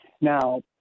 Now